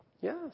yes